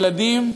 ילדים,